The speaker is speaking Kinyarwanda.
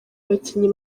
abakinnyi